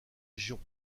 régions